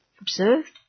observed